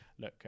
look